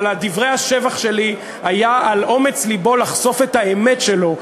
אבל דברי השבח שלי היו על אומץ לבו לחשוף את האמת שלו,